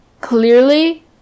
clearly